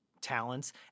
talents